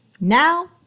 Now